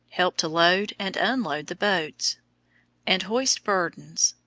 help to load and unload the boats and hoist burdens.